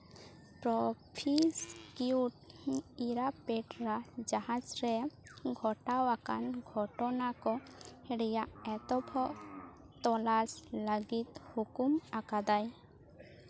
ᱯᱨᱚᱯᱷᱤ ᱠᱤᱭᱩᱰ ᱤᱨᱟᱠ ᱯᱮᱴᱨᱟ ᱡᱟᱦᱟᱡᱽ ᱨᱮ ᱜᱷᱚᱴᱟᱣ ᱟᱠᱟᱱ ᱜᱷᱚᱴᱚᱱᱟ ᱠᱚ ᱨᱮᱭᱟᱜ ᱮᱛᱚᱦᱚᱵ ᱛᱚᱞᱟᱥ ᱞᱟᱹᱜᱤᱫ ᱦᱩᱠᱩᱢ ᱟᱠᱟᱫᱟᱭ